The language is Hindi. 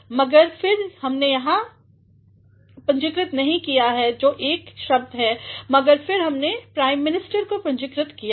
मगर फिर यहाँ हमने पूंजीकृतनहीं किया है जो एक है मगर फिर हमनेprime ministerपूंजीकृतकिया है